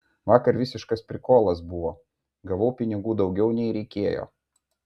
vakar visiškas prikolas buvo gavau pinigų daugiau nei reikėjo